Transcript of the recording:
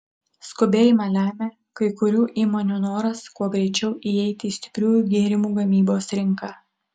skubėjimą lemia kai kurių įmonių noras kuo greičiau įeiti į stipriųjų gėrimų gamybos rinką